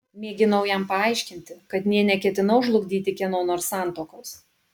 mėginau jam paaiškinti kad nė neketinau žlugdyti kieno nors santuokos